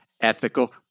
ethical